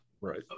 right